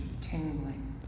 Tingling